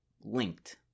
linked